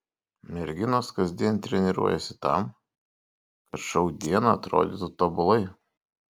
merginos kasdien treniruojasi tam kad šou dieną atrodytų tobulai